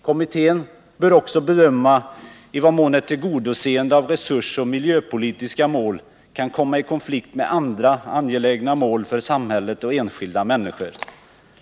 Kommittén bör också bedöma i vad mån ett tillgodoseende av resursoch miljöpolitiska mål kan komma i konflikt med andra angelägna mål för samhället och enskilda människor.